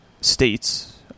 states